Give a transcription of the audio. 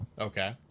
Okay